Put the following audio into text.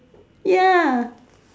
ya